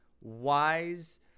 wise